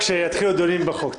כשיתחילו הדיונים בהצעת החוק.